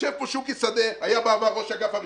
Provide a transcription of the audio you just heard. יושב פה שוקי שדה היה בעבר ראש אגף הרישוי.